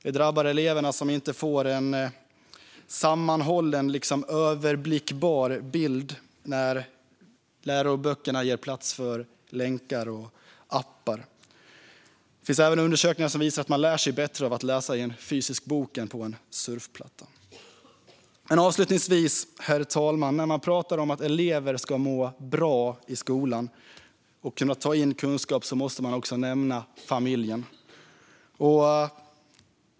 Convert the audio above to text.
Det drabbar eleverna, som inte får en sammanhållen och överblickbar bild när läroböckerna ger plats för länkar och appar. Det finns även undersökningar som visar att man lär sig bättre av att läsa i en fysisk bok än på en surfplatta. Herr talman! När man talar om att elever ska må bra och ta in kunskap måste man också nämna familjen.